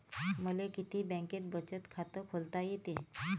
मले किती बँकेत बचत खात खोलता येते?